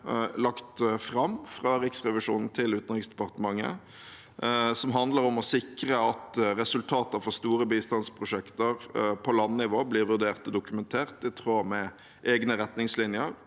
lagt fram fra Riksrevisjonen til Utenriksdepartementet, som handler om – å sikre at resultater for store bistandsprosjekter på landnivå blir vurdert og dokumentert i tråd med egne retningslinjer